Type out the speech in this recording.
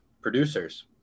producers